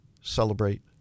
celebrate